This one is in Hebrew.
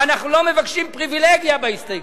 ואנחנו לא מבקשים פריווילגיה בהסתייגות.